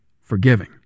forgiving